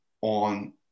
on